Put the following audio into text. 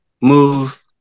move